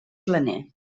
planer